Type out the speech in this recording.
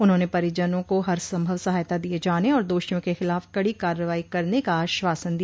उन्होंने परिजनों को हरसंभव सहायता दिये जाने और दोषियों के खिलाफ कड़ी कार्रवाई करने का आश्वासन दिया